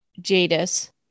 Jadis